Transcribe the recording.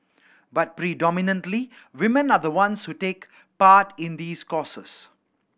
but predominantly women are the ones who take part in these courses